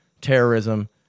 terrorism